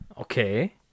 Okay